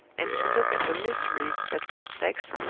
and to look at the mysteries that perplex,